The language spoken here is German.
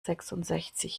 sechsundsechzig